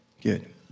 good